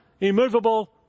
immovable